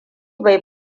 bai